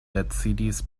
decidis